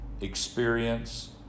experience